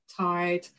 Tide